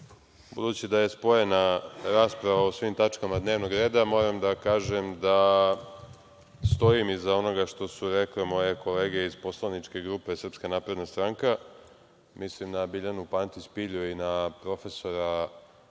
kratko. Budući da je spojena rasprava o svim tačkama dnevnog reda, moram da kažem da stojim iza onoga što su rekle moje kolege iz Poslaničke grupe Srpska napredna stranka, mislim na Biljanu Pantić Pilju i na profesora